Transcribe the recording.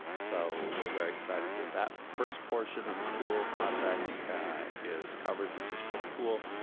so we're very excited that that first portion of the pool contract is covered, this is for the pool.